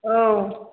औ